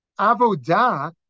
Avodah